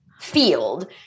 field